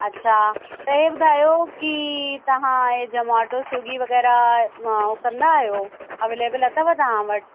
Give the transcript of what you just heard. अच्छा त इहे ॿुधायो कि तव्हां इहे जो मॉडल स्वीगी वग़ैरह उहो कंदा आहियो एवेलेबिल अथव तव्हां वटि